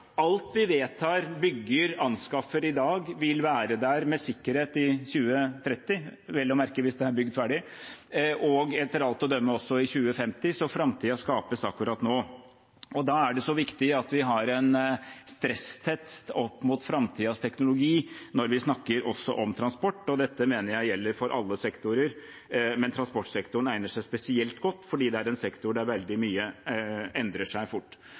Alt vi vedtar, bygger og anskaffer i dag, vil med sikkerhet være der i 2030 – vel å merke hvis det er bygd ferdig – og etter alt å dømme også i 2050, så framtiden skapes akkurat nå. Da er det viktig at vi har en stresstest overfor framtidens teknologi også når vi snakker om transport. Dette mener jeg gjelder for alle sektorer, men transportsektoren egner seg spesielt godt fordi det er en sektor der veldig mye endrer seg fort.